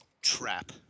trap